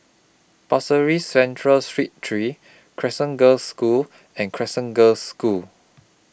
Pasir Ris Central Street three Crescent Girls' School and Crescent Girls' School